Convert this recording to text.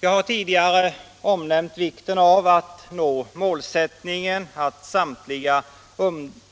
Jag har tidigare nämnt vikten av att nå målsättningen att samtliga